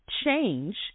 change